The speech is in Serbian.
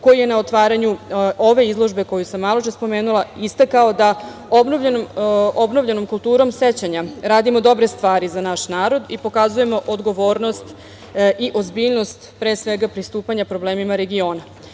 koji je na otvaranju ove izložbe koju sam maločas spomenula, istakao - Obnovljenom kulturom sećanja, radimo dobre stvari za naš narod i pokazujemo odgovornost i ozbiljnost, pre svega, pristupanja problemima regiona. To